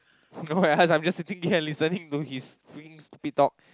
oh yeah I'm just sitting here listening to his freaking stupid talk